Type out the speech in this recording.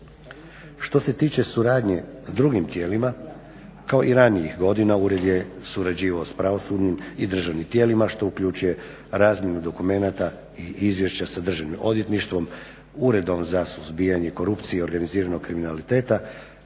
Što se tiče suradnje s drugim tijelima kao i ranijih godina ured je surađivao s pravosudnim i državnim tijelima što uključuje razmjenu dokumenata i izvješća s državnim odvjetništvom, uredbom za suzbijanje korupcije i organiziranog kriminaliteta,